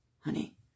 honey